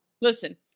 Listen